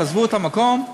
תעזבו את המקום?